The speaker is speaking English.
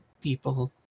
people